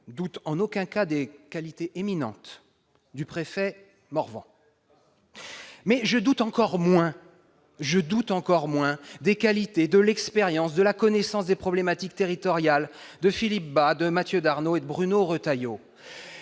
doute en aucun cas des qualités éminentes du préfet Morvan, mais je doute encore moins des qualités, de l'expérience et de la connaissance des problématiques territoriales de Philippe Bas, de Mathieu Darnaud et de Bruno Retailleau